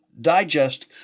Digest